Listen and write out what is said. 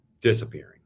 disappearing